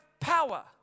Power